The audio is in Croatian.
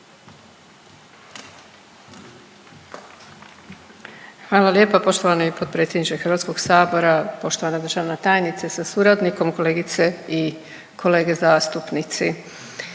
Hvala lijepa poštovani potpredsjedniče Hrvatskog sabora. Poštovana državna tajnice sa suradnikom, kolegice i kolege zastupnici,